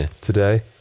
today